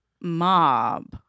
mob